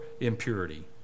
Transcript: impurity